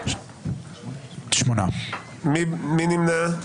מי נמנע?